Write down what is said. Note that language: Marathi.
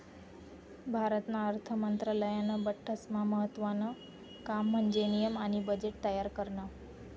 भारतना अर्थ मंत्रालयानं बठ्ठास्मा महत्त्वानं काम म्हन्जे नियम आणि बजेट तयार करनं